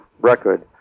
record